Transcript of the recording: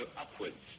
upwards